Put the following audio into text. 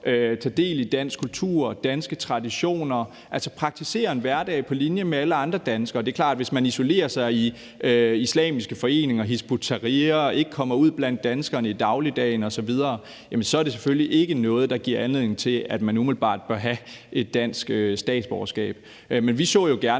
tage del i dansk kultur og danske traditioner, altså praktisere en hverdag på linje med alle andre danskere. Og det er klart, at det, hvis man isolerer sig i islamiske foreninger som Hizb ut-Tahrir og ikke kommer ud blandt danskerne i dagligdagen osv., så ikke er noget, der giver anledning til, at man umiddelbart bør have et dansk statsborgerskab. Men vi så jo gerne